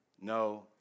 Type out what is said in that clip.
No